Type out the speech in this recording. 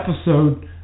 episode